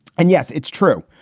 and yes, it's true.